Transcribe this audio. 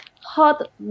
hot